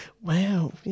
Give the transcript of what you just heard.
wow